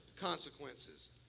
consequences